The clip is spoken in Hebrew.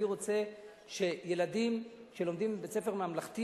אני רוצה שילדים שלומדים בבית-ספר ממלכתי